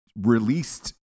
released